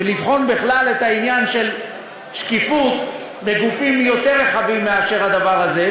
ולבחון בכלל את העניין של שקיפות לגבי גופים יותר רחבים מאשר הדבר הזה,